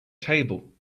table